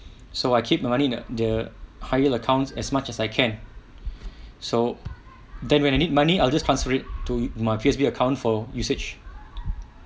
so I keep my money in the higher accounts as much as I can so then when I need money I'll just transfer it to my P_O_S_B account for usage